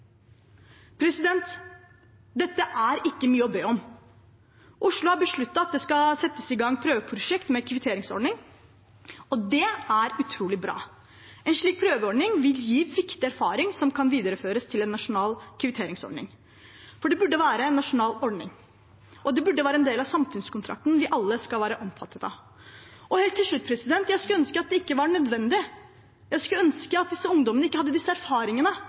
Dette er ikke mye å be om. Oslo har besluttet at det skal settes i gang prøveprosjekt med kvitteringsordning, og det er utrolig bra. En slik prøveordning vil gi viktig erfaring som kan videreføres til en nasjonal kvitteringsordning. Det burde være en nasjonal ordning, og det burde være en del av samfunnskontrakten vi alle skal være omfattet av. Helt til slutt: Jeg skulle ønske at det ikke var nødvendig. Jeg skulle ønske at disse ungdommene ikke hadde disse erfaringene,